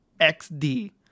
XD